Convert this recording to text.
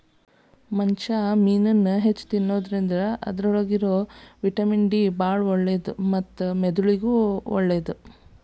ಮನುಷ್ಯಾ ಮೇನನ್ನ ಹೆಚ್ಚ್ ತಿನ್ನೋದ್ರಿಂದ ಅದ್ರಲ್ಲಿರೋ ವಿಟಮಿನ್ ಡಿ ಬಾಳ ಒಳ್ಳೇದು ಮತ್ತ ಮೆದುಳಿಗೂ ಒಳ್ಳೇದು